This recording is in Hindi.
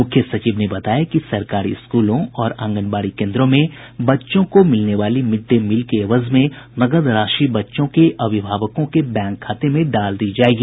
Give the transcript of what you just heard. मुख्य सचिव ने बताया कि सरकारी स्कूलों और आंगनबाड़ी केन्द्रों में बच्चों को मिलने वाली मिड डे मील के एवज मे नकद राशि बच्चों के अभिभावकों के बैंक खाते में डाल दी जाएगी